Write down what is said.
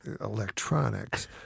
electronics